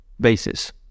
basis